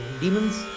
Demons